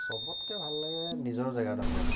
চবতকৈ ভাল লাগে নিজৰ জেগাডোখৰ